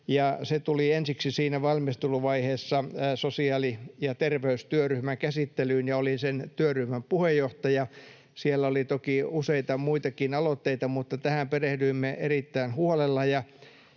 Se tuli ensiksi siinä valmisteluvaiheessa sosiaali- ja terveystyöryhmän käsittelyyn, ja olin sen työryhmän puheenjohtaja. Siellä oli toki useita muitakin aloitteita, mutta tähän perehdyimme erittäin huolella,